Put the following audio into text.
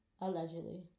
Allegedly